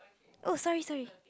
oh sorry sorry